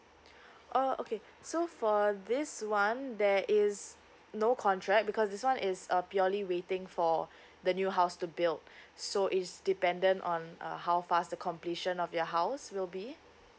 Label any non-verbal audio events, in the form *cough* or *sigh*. *breath* oh okay so for this one there is no contract because this one is a purely waiting for the new house to build *breath* so is dependent on uh how fast the completion of your house will be